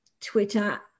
twitter